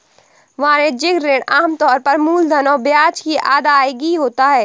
वाणिज्यिक ऋण आम तौर पर मूलधन और ब्याज की अदायगी होता है